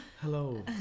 hello